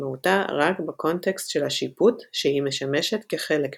משמעותה רק בקונטקסט של השיפוט שהיא משמשת כחלק ממנו.